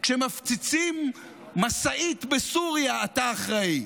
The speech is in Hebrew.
כשמפציצים משאית בסוריה אתה אחראי,